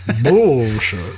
bullshit